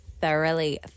thoroughly